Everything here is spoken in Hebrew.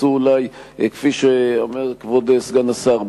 עשו אולי כפי שאומר כבוד סגן השר,